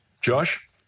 Josh